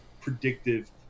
predictive